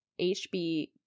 HB